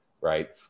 right